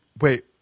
wait